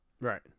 Right